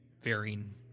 varying –